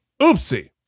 oopsie